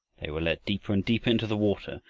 they were led deeper and deeper into the water,